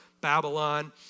Babylon